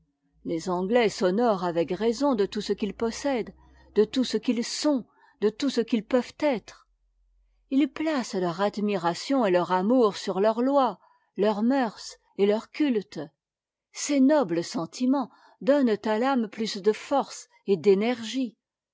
les anglais s'honorent avec raison de tout ce qu'ils possèdent de tout ce qu'ils sont de tout ce qu'ils peuvent être ils placent leur admiration et leur amour sur leurs lois leurs mœurs et leur cutte ces nobles sentiments donnent à l'âme plus de force et d'énergie